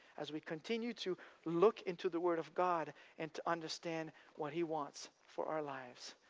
as we continue to look into the word of god and to understand what he wants for our lives.